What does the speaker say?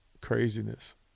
craziness